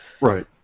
Right